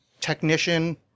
technician